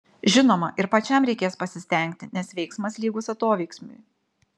žinoma ir pačiam reikės pasistengti nes veiksmas lygus atoveiksmiui